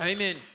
Amen